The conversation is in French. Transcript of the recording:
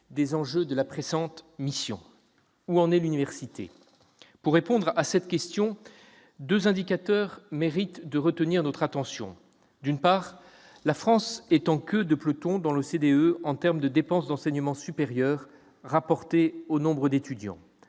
des enjeux de la présente mission. Où en est l'université ? Pour répondre à cette question, deux indicateurs méritent de retenir notre attention : d'une part, la France est en queue de peloton dans l'OCDE en termes de dépenses d'enseignement supérieur rapportées au nombre d'étudiants